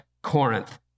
Corinth